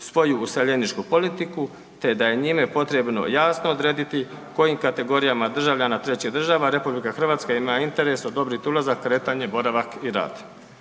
svoju useljeničku politiku te da je njime potrebno jasno odrediti kojim kategorijama državljana trećih država RH ima interes odobrit ulazak, kretanje, boravak i rad.